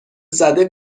زده